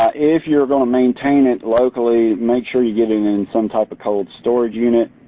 if you're going to maintain it locally, make sure you get it in some type of colored storage unit.